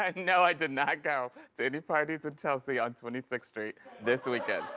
like no, i did not go to any parties at chelsea on twenty sixth street this weekend.